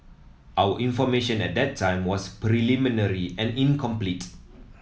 our information at that time was preliminary and incomplete